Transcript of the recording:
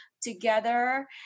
together